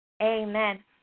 Amen